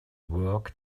work